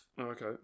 okay